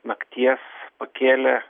nakties pakėlė